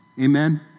Amen